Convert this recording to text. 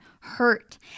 hurt